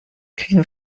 king